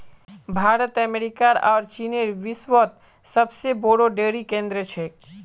भारत अमेरिकार आर चीनेर विश्वत सबसे बोरो डेरी केंद्र छेक